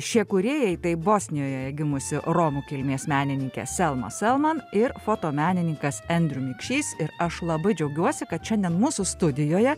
šie kūrėjai tai bosnijoje gimusi romų kilmės menininkė selma selman ir fotomenininkas andrew mikšys ir aš labai džiaugiuosi kad šiandien mūsų studijoje